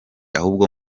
ahubwo